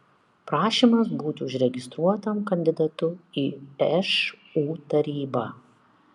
prašymas būti užregistruotam kandidatu į šu tarybą